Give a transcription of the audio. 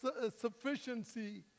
sufficiency